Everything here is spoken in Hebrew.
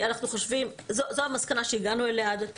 זו המסקנה שהגענו אליה עד עתה,